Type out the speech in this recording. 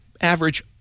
Average